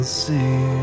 see